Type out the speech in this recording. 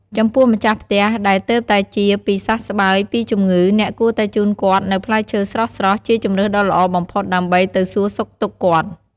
ចំពោះម្ចាស់ផ្ទះដែលទើបតែជាពីសះស្បើយពីជំងឺអ្នកគួរតែជូនគាត់នូវផ្លែឈើស្រស់ៗជាជម្រើសដ៏ល្អបំផុតដើម្បីទៅសូរសុខទុក្ខគាត់។